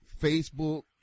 Facebook